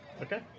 Okay